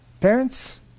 Parents